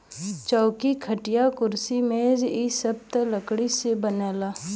चौकी, खटिया, कुर्सी मेज इ सब त लकड़ी से बनला